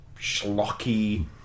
schlocky